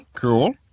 cool